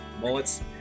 Mullets